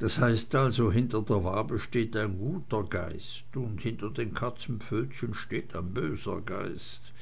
das heißt also hinter der wabe steht ein guter geist und hinter den katzenpfötchen steht ein böser geist